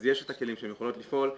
אז יש את הכלים שהן יכולות לפעול.